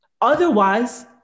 Otherwise